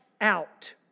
out